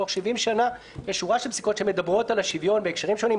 לאורך 70 שנה בשורה של פסיקות שמדברות על השוויון בהקשרים שונים,